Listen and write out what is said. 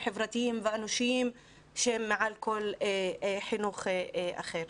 חברתיים ואנושיים שהם מעל כל חינוך אחר.